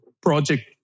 project